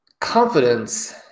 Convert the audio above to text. confidence